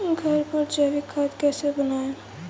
घर पर जैविक खाद कैसे बनाएँ?